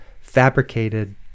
fabricated